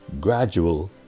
gradual